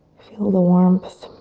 feel the warmth